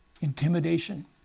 intimidation